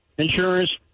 Insurance